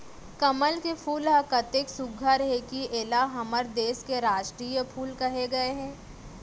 कमल के फूल ह अतेक सुग्घर हे कि एला हमर देस के रास्टीय फूल कहे गए हे